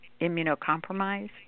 immunocompromised